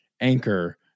Anchor